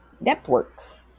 networks